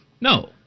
No